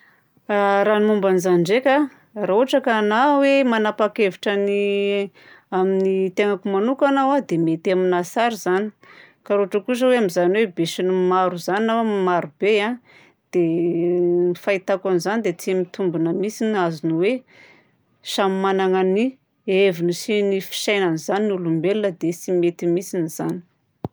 Raha ny momba an'izany ndraika, raha ohatra ka anahy hoe manapa-kevitra ny amin'ny tenako manokagna aho a, dia mety aminahy tsara zany. Fa raha ohatra kosa hoe amin'izany hoe besinimaro izany na hoe olo-marobe a, dia ny fahitako an'izany dia tsy mitombina mihitsiny azony hoe samy managna ny heviny sy ny fisainany zany ny olombelogna dia tsy mety mihitsiny zany.